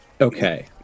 Okay